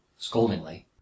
Scoldingly